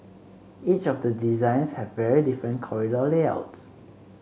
each of the designs have very different corridor layouts